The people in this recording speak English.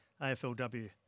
AFLW